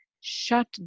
shut